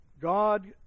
God